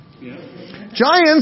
Giants